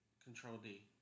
Control-D